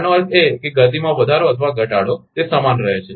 તેનો અર્થ એ કે ગતિમાં વધારો અથવા ઘટાડો તે સમાન રહે છે